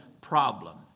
problem